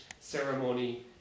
ceremony